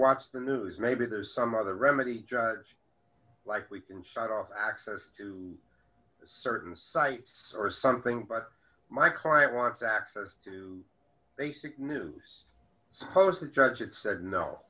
watch the news maybe there's some other remedy is likely can set off access to certain sites or something but my client wants access to basic news suppose the judge said no